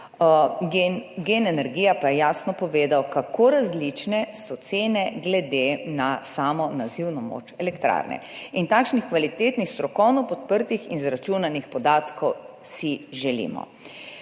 GEN energija pa je jasno povedala, kako različne so cene glede na samo nazivno moč elektrarne – takšnih kvalitetnih, strokovno podprtih izračunanih podatkov si želimo.